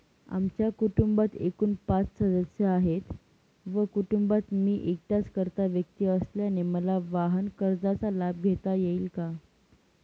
आमच्या कुटुंबात एकूण पाच सदस्य आहेत व कुटुंबात मी एकटाच कर्ता व्यक्ती असल्याने मला वाहनकर्जाचा लाभ घेता येईल का?